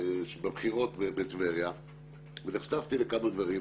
בבחירות בטבריה ונחשפתי לכמה דברים.